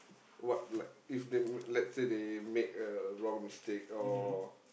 what like if they let's say they make a wrong mistake or